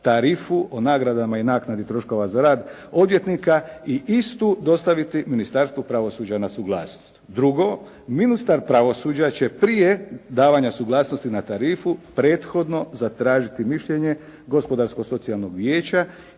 tarifu o nagradama i naknadi troškova za rad odvjetnika i istu dostaviti Ministarstvu pravosuđa na suglasnost. Drugo, ministar pravosuđa će prije davanja suglasnosti na tarifu prethodno zatražiti mišljenje gospodarsko socijalnog vijeća